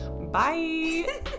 Bye